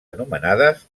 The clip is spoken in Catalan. anomenades